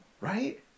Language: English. right